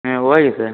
ம் okay sir